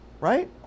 right